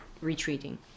retreating